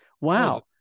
Wow